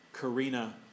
Karina